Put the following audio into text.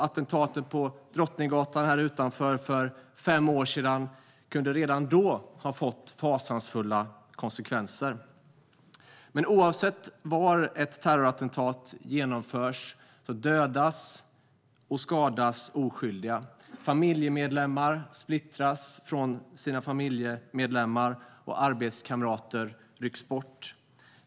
Attentaten på Drottninggatan för fem år sedan kunde redan då ha fått fasansfulla konsekvenser. Men oavsett var ett terrorattentat genomförs dödas och skadas oskyldiga. Familjer splittras, arbetskamrater rycks bort.